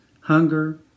hunger